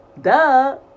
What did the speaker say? Duh